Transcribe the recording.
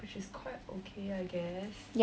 which is quite okay I guess